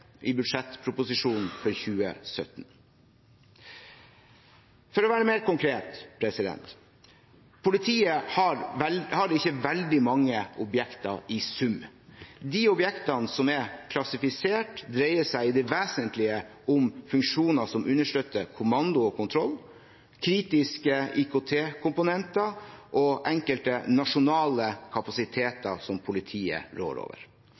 i budsjettproposisjonen for 2017.For å være mer konkret: Politiet har ikke veldig mange objekter i sum. De objektene som er klassifisert, dreier seg i det vesentlige om funksjoner som understøtter kommando og kontroll, kritiske IKT-komponenter og enkelte nasjonale kapasiteter som politiet rår over.